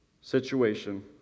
situation